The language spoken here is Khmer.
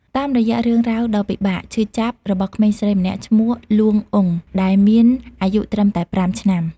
តាមរយៈរឿងរ៉ាវដ៏ពិបាក ឈឺចាប់ របស់ក្មេងស្រីម្នាក់ឈ្មោះ លួង អ៊ុង ដែលមានអាយុត្រឹមតែ ៥ ឆ្នាំ។